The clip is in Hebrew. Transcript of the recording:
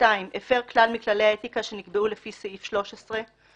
הפר כלל מכללי האתיקה שנקבעו לפי סעיף 13,